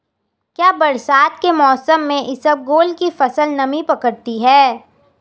क्या बरसात के मौसम में इसबगोल की फसल नमी पकड़ती है?